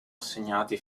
assegnati